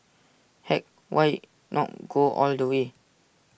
heck why not go all the way